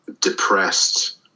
depressed